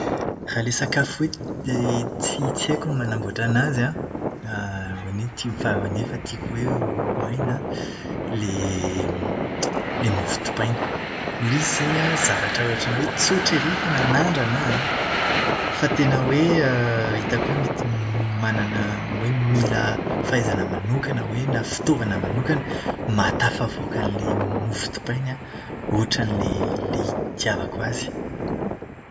Raha ilay sakafo hoe tsy haiko ny manamboatra anazy an, nefa tiako hoe ho hay na. Ilay ilay ny mofo dipaina. Ilay izy izany zavatra ohatran'ny hoe tsotra ery fa nanandrana aho an, fa tena hoe hitako hoe mety manana hoe mila fahaizana manokana hoe na fitaovana manokana mahatafavoaka an'ilay mofo dipaina ohatran'ilay ilay itiavako azy.